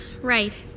Right